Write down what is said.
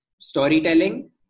storytelling